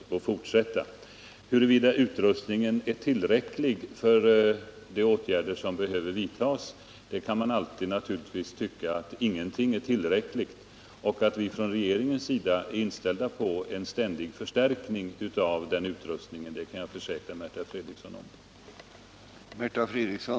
Vad beträffar frågan huruvida utrustningen är tillräcklig för de åtgärder som behöver vidtas kan man naturligtvis alltid tycka att ingenting är tillräckligt, men att vi i regeringen är inställda på en ständig förstärkning av den utrustningen kan jag försäkra Märta Fredrikson.